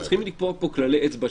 צריכים לקבוע פה כללי אצבע,